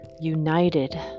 united